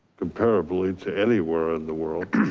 comparatively to anywhere in the world,